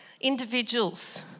individuals